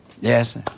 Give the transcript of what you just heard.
yes